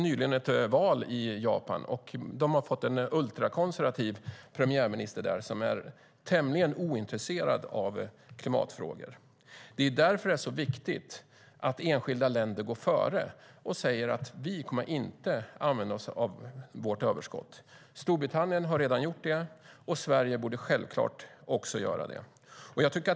Nyligen var det val i Japan, och man har fått en ultrakonservativ premiärminister som är tämligen ointresserad av klimatfrågor. Därför är det viktigt att enskilda länder går före och säger: Vi kommer inte att använda oss av vårt överskott. Storbritannien har redan gjort det, och Sverige borde självklart också göra det.